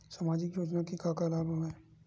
सामाजिक योजना के का का लाभ हवय?